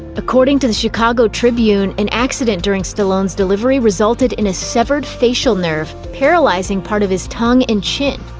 according to the chicago tribune, an accident during stallone's delivery resulted in a severed facial nerve, paralyzing part of his tongue and chin.